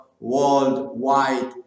worldwide